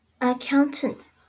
Accountant